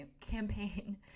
campaign